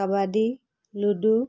kabaddi ludo